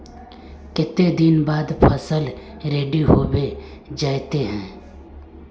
केते दिन बाद फसल रेडी होबे जयते है?